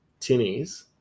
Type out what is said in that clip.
tinnies